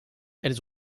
elles